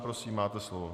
Prosím, máte slovo.